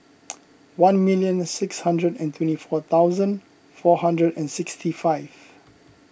one million six hundred and twenty four thousand four hundred and sixty five